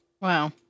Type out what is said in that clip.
Wow